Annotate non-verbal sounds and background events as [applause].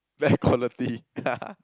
bad quality [laughs]